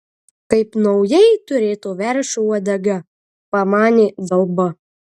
kaip naujai turėto veršio uodega pamanė dalba